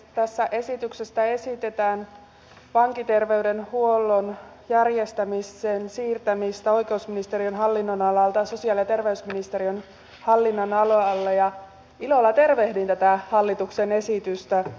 tässä esityksessä esitetään vankiterveydenhuollon järjestämisen siirtämistä oikeusministeriön hallinnonalalta sosiaali ja terveysministeriön hallinnonalalle ja ilolla tervehdin tätä hallituksen esitystä